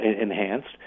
enhanced